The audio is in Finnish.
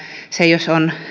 se jos on